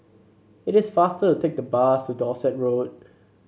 it is faster to take the bus to Dorset Road